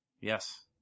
Yes